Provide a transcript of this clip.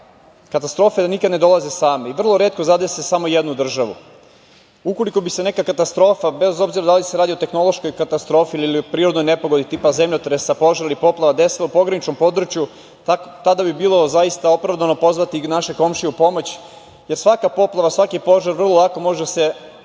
katastrofe nikada ne dolaze same i vrlo retko zadese samo jednu državu. Ukoliko bi se neka katastrofa, bez obzira da li se radi o tehnološkoj katastrofi ili o prirodnoj nepogodi tipa zemljotresa, požara ili poplava desila u pograničnom području, tada bi bilo zaista opravdano pozvati i naše komšije u pomoć, jer svaka poplava, svaki požar vrlo lako može da